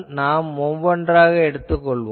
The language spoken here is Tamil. நாம் ஒவ்வொன்றாக எடுத்துக் கொள்வோம்